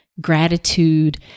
gratitude